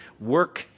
work